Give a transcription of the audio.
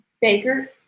Baker